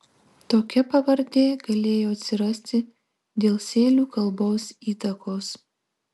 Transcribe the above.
tokia pavardė galėjo atsirasti dėl sėlių kalbos įtakos